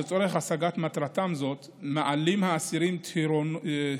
לצורך השגת מטרתם זו מעלים האסירים טרוניות